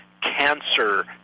cancer